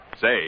Say